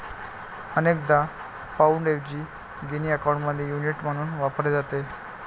अनेकदा पाउंडऐवजी गिनी अकाउंटचे युनिट म्हणून वापरले जाते